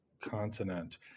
continent